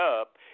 up